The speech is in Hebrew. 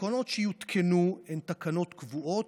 התקנות שיותקנו הן תקנות קבועות.